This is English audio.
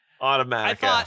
Automatic